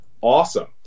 awesome